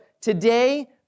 today